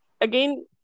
again